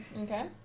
Okay